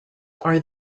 are